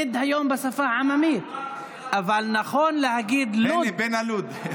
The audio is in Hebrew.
לד היום זה בשפה העממית, אבל נכון להגיד "לוּד".